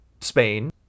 Spain